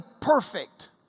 perfect